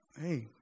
hey